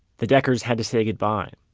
the deckers had to say goodbye. and